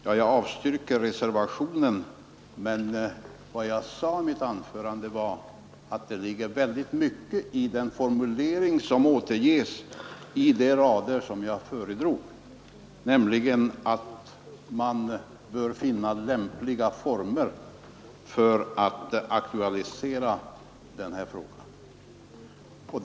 Ja, jag avstyrker reservationen, men vad jag sade i mitt anförande var att det ligger väldigt mycket i den formulering som återges i de rader jag föredrog, nämligen att man bör finna lämpliga former för att aktualisera den här frågan.